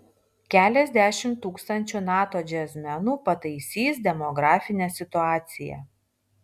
keliasdešimt tūkstančių nato džiazmenų pataisys demografinę situaciją